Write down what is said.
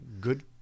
good